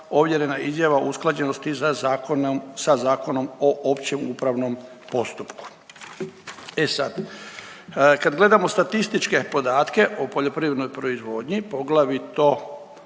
ovjerena izjava usklađenosti sa Zakonom o općem upravnom postupku. E sad, kad gledamo statističke podatke o poljoprivrednoj proizvodnji, poglavito